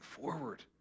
forward